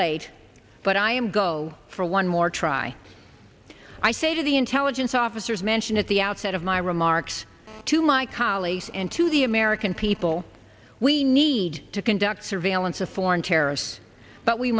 late but i am go for one more try i say to the intelligence officers mention at the outset of my remarks to my colleagues and to the american people we need to conduct surveillance of foreign terrorists but we